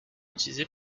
utilisé